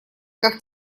как